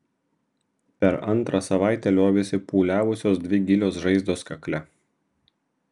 per antrą savaitę liovėsi pūliavusios dvi gilios žaizdos kakle